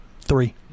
Three